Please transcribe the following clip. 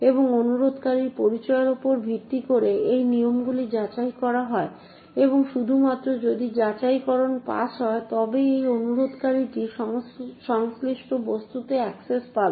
এবং অনুরোধকারীর পরিচয়ের উপর ভিত্তি করে এই নিয়মগুলি যাচাই করা হয় এবং শুধুমাত্র যদি যাচাইকরণ পাস হয় তবেই এই অনুরোধকারীটি সংশ্লিষ্ট বস্তুতে অ্যাক্সেস পাবে